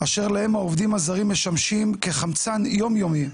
אשר להם העובדים הזרים משמשים כחמצן יום יומי,